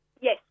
Yes